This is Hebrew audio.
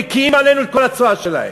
מקיאים עלינו את כל הצואה שלהם.